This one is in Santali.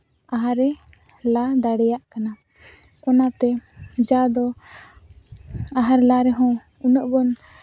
ᱟᱦᱟᱨᱮ ᱞᱟ ᱫᱟᱲᱮᱭᱟᱜ ᱠᱟᱱᱟ ᱚᱱᱟᱛᱮ ᱡᱟ ᱫᱚ ᱟᱦᱟᱨ ᱞᱟ ᱨᱮᱦᱚᱸ ᱩᱱᱟᱹᱜ ᱵᱚᱱ